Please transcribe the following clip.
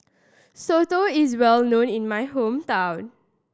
Soto is well known in my hometown